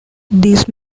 these